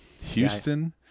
Houston